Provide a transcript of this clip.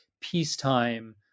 peacetime